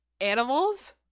animals